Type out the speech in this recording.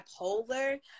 bipolar